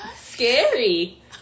scary